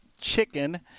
Chicken